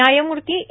न्यायमूर्ती ए